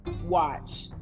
watch